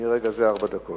מרגע זה ארבע דקות.